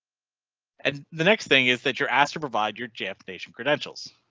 and the next thing is that you're asked to provide your jeff station credentials.